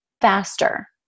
faster